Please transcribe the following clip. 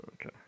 Okay